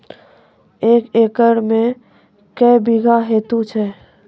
एक एकरऽ मे के बीघा हेतु छै?